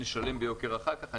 נשלם ביוקר אחר כך,